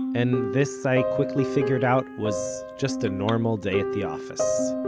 and this, i quickly figured out, was just a normal day at the office